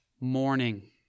Morning